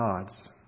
God's